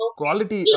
quality